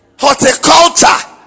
horticulture